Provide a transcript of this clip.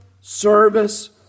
service